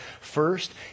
first